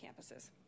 campuses